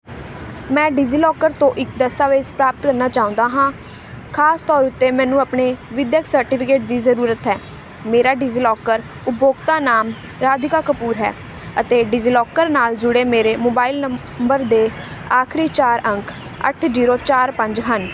ਮੈਂ ਡਿਜ਼ੀਲਾਕਰ ਤੋਂ ਇੱਕ ਦਸਤਾਵੇਜ਼ ਪ੍ਰਾਪਤ ਕਰਨਾ ਚਾਹੁੰਦਾ ਹਾਂ ਖ਼ਾਸ ਤੌਰ ਉੱਤੇ ਮੈਨੂੰ ਆਪਣੇ ਵਿੱਦਿਅਕ ਸਰਟੀਫਿਕੇਟ ਦੀ ਜ਼ਰੂਰਤ ਹੈ ਮੇਰਾ ਡਿਜ਼ੀਲਾਕਰ ਉਪਭੋਗਤਾ ਨਾਮ ਰਾਧਿਕਾ ਕਪੂਰ ਹੈ ਅਤੇ ਡਿਜ਼ੀਲਾਕਰ ਨਾਲ ਜੁੜੇ ਮੇਰੇ ਮੋਬਾਈਲ ਨੰ ਬਰ ਦੇ ਆਖ਼ਰੀ ਚਾਰ ਅੰਕ ਅੱਠ ਜੀਰੋ ਚਾਰ ਪੰਜ ਹਨ